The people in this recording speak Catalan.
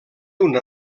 una